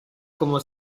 como